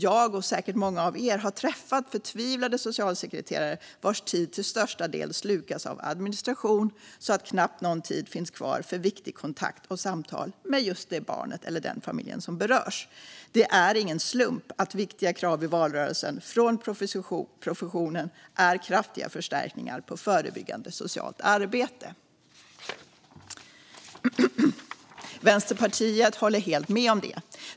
Jag och säkert många av er här inne har träffat förtvivlade socialsekreterare vars tid till största del slukas av administration så att knappt någon tid finns kvar för viktig kontakt och samtal med just det barn eller den familj som berörs. Det är ingen slump att viktiga krav från professionen i valrörelsen handlar om kraftiga förstärkningar av förebyggande socialt arbete. Vänsterpartiet håller helt med om det.